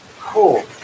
Cool